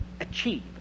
achieve